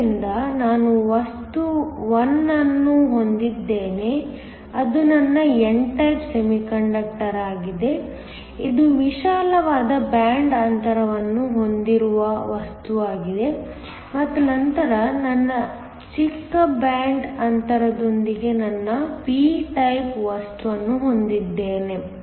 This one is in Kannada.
ಆದ್ದರಿಂದ ನಾನು ವಸ್ತು 1 ಅನ್ನು ಹೊಂದಿದ್ದೇನೆ ಅದು ನನ್ನ n ಟೈಪ್ ಸೆಮಿಕಂಡಕ್ಟರ್ ಆಗಿದೆ ಇದು ವಿಶಾಲವಾದ ಬ್ಯಾಂಡ್ ಅಂತರವನ್ನು ಹೊಂದಿರುವ ವಸ್ತುವಾಗಿದೆ ಮತ್ತು ನಂತರ ನಾನು ಚಿಕ್ಕ ಬ್ಯಾಂಡ್ ಅಂತರದೊಂದಿಗೆ ನನ್ನ p ಟೈಪ್ ವಸ್ತುವನ್ನು ಹೊಂದಿದ್ದೇನೆ